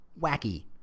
Wacky